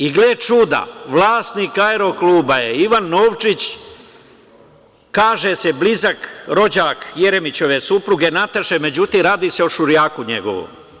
I gle čuda vlasnik „Aerokluba“ je Ivan Novčić, kaže se blizak rođak Jeremićeve supruge, Nataše, međutim radi se o šuraku njegovom.